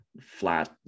flat